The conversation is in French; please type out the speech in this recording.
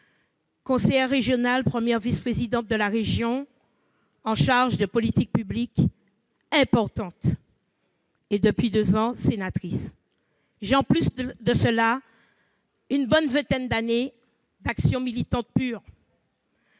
conseillère régionale, première vice-présidente de la région en charge des politiques publiques importantes, et depuis deux ans sénatrice, sans compter une bonne vingtaine d'années d'action militante pure.